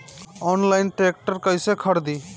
Online tractor कैसे खरदी?